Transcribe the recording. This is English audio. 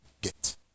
get